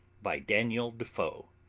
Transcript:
by daniel defoe